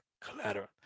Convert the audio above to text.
collateral